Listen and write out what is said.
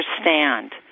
understand